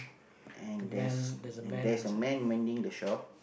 and there's and there's a man manning the shop